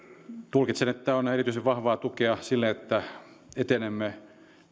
tulkitsen että on erityisen vahvaa tukea sille että etenemme